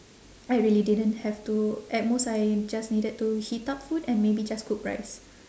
I really didn't have to at most I just needed to heat up food and maybe just cook rice